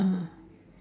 ah